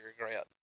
regret